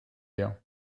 leer